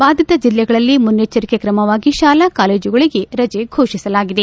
ಬಾಧಿತ ಜಲ್ಲೆಗಳಲ್ಲಿ ಮುನ್ನೆಟ್ಟಂಕ್ ಕ್ರಮವಾಗಿ ಶಾಲಾ ಕಾಲೇಜುಗಳಿಗೆ ರಜೆ ಘೋಷಿಸಲಾಗಿದೆ